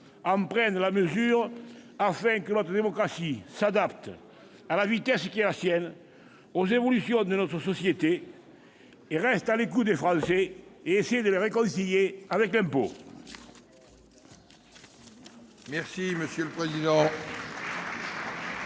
en prennent la mesure, afin que notre démocratie s'adapte, à la vitesse qui est la sienne, aux évolutions de notre société, reste à l'écoute des Français et essaye de les réconcilier avec l'impôt ! Le Sénat